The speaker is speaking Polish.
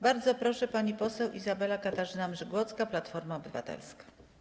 Bardzo proszę, pani poseł Izabela Katarzyna Mrzygłocka, Platforma Obywatelska.